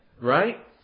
right